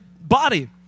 body